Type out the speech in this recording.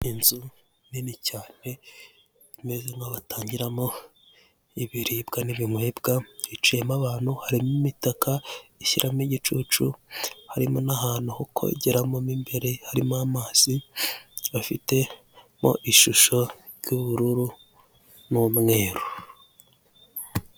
Inzu nini cyane, imeze nk'aho batangiramo ibiribwa n'ibinywebwa, hicayemo abantu, harimo imitaka ishyiramo igicucu, harimo n'ahantu ho kogeramo mo imbere, harimo amazi, bafitemo ishusho ry'ubururu n'umweru.